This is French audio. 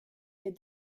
est